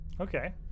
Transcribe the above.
Okay